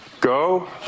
Go